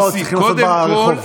לא צריכים לעשות ברחוב.